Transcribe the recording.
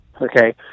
Okay